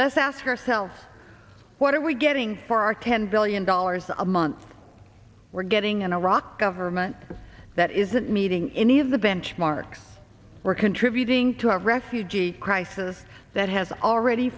let's ask ourselves what are we getting for our ten billion dollars a month we're getting in iraq government that isn't meeting in any of the benchmarks we're contributing to a refugee crisis that has already